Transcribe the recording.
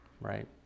right